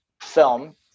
film